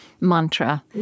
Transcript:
mantra